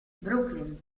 brooklyn